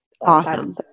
Awesome